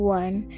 one